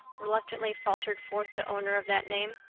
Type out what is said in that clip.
reluctantly faltered forth the owner of that name,